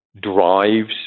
drives